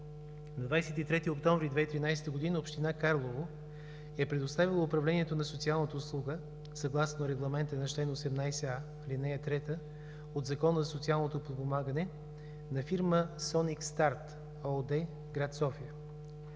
На 23 октомври 2013 г. община Карлово е предоставила управлението на социалната услуга, съгласно Регламента на чл. 18а, ал. 3 от Закона за социалното подпомагане на фирма „Соник старт“ ООД – град София.